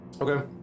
Okay